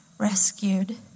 Rescued